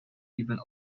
even